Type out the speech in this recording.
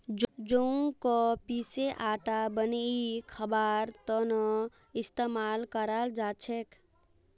जौ क पीसे आटा बनई खबार त न इस्तमाल कराल जा छेक